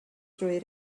drwy